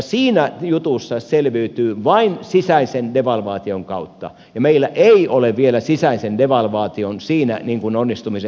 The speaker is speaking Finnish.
siinä jutussa selviytyy vain sisäisen devalvaation kautta ja meillä ei ole vielä sisäisen devalvaation onnistumisen historiaa